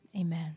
Amen